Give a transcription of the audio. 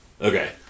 Okay